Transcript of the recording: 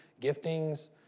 giftings